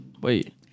wait